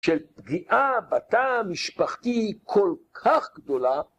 של פגיעה בתא המשפחתי כל כך גדולה